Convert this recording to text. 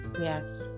Yes